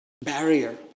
barrier